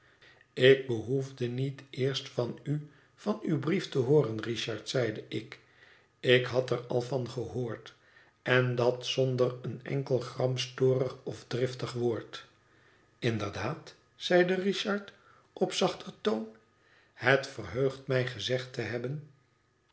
ik behoefde niet eerst van u van uw brief té hooren richard zeide ik ik had er al van gehoord en dat zonder een enkel gramstorig of driftig woord inderdaad zeide richard op zachter toon het verheugt mij gezegd te hebben